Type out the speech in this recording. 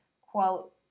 quote